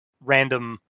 random